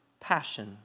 passion